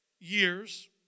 years